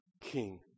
King